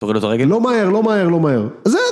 תורידו את הרגל, לא מהר, לא מהר, לא מהר